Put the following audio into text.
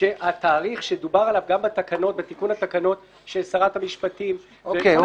שהתאריך שדובר עליו גם בתיקון התקנות של שרת המשפטים --- אוקיי,